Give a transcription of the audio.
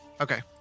Okay